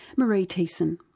maree teesson.